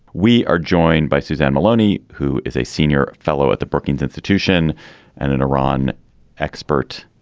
we are joined by suzanne maloney, who is a senior fellow at the brookings institution and an iran expert.